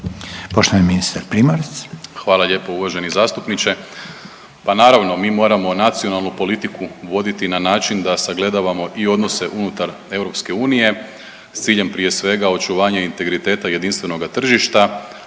Poštovani ministar Primorac. **Primorac, Marko** Hvala lijepo uvaženi zastupniče. Pa naravno mi moramo nacionalnu politiku voditi na način da sagledavamo i odnose unutar EU s ciljem prije svega očuvanja integriteta jedinstvenoga tržišta,